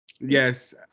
Yes